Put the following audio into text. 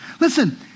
Listen